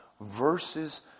verses